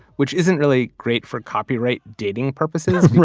which isn't really great for copyright dating purposes